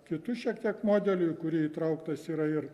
kitu šiek tiek modeliu į kurį įtrauktas yra ir